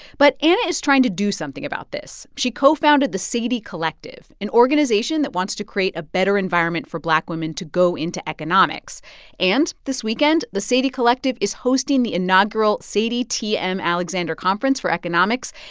but anna is trying to do something about this. she co-founded the sadie collective, an organization that wants to create a better environment for black women to go into economics and this weekend, the sadie collective is hosting the inaugural sadie t m. alexander conference for economics.